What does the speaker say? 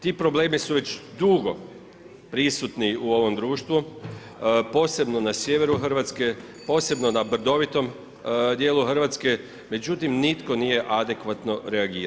Ti problemi su već dugo prisutni u ovom društvu, posebno na sjeveru Hrvatske, posebno na brdovitom djelu Hrvatske, međutim nitko nije adekvatno reagirao.